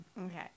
Okay